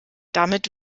damit